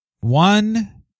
one